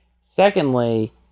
secondly